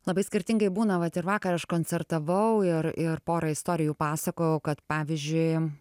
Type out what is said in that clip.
labai skirtingai būna vat ir vakar aš koncertavau ir ir porą istorijų pasakojau kad pavyzdžiui